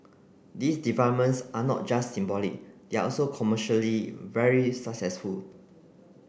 these developments are not just symbolic they are also commercially very successful